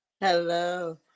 Hello